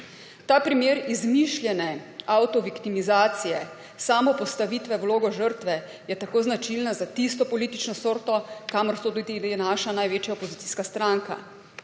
Ta primer izmišljene avtoviktimizacije, samopostavitve v vlogo žrtve je tako značilen za tisto politično sorto, kamor sodi tudi naša največja opozicijska stranka.